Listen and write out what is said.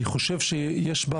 אני חושב שיש בה